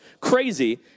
crazy